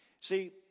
See